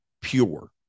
pure